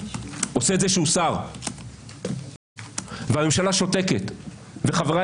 עושה את זה כשהוא שר והממשלה שותקת וחבריי